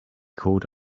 called